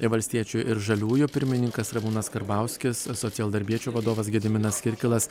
ir valstiečių ir žaliųjų pirmininkas ramūnas karbauskis socialdarbiečių vadovas gediminas kirkilas